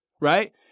right